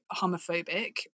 homophobic